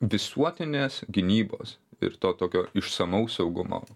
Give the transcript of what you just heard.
visuotinės gynybos ir to tokio išsamaus saugumo